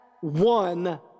one